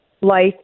life